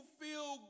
feel